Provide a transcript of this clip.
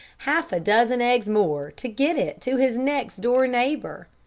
half a dozen eggs more to get it to his next-door neighbor!